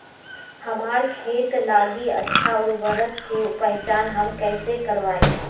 हमार खेत लागी अच्छा उर्वरक के पहचान हम कैसे करवाई?